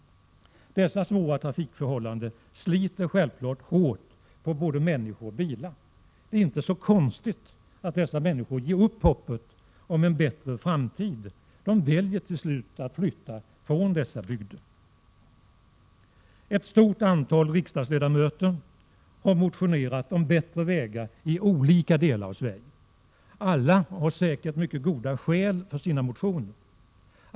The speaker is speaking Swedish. Dessa svåra trafikförhållanden sliter självfallet hårt på både människor och bilar. Det är inte så konstigt om dessa människor ger upp hoppet om en bättre framtid och till slut väljer att flytta från dessa bygder. Ett stort antal riksdagsledamöter har motionerat om bättre vägar i olika delar av Sverige. Alla har säkert mycket goda skäl för sina motioner.